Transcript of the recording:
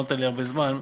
לא נותן לי הרבה זמן.